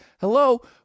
hello